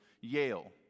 Yale